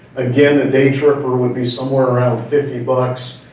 again the daytripper would be somewhere around fifty bucks.